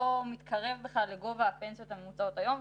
מתקרב בכלל לגובה הפנסיות הממוצעות היום.